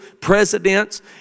presidents